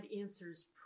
answers